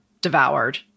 devoured